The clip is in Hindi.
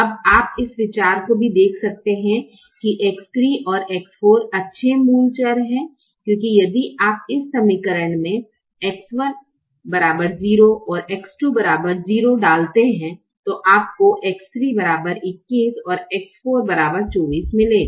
अब आप इस विचार को भी देख सकते हैं कि X3 और X4 अच्छे मूल चर हैं क्योंकि यदि आप इस समीकरण में X1 0 और X2 0 डालते हैं तो आपको X3 21 X4 24 मिलेगा